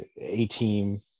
A-Team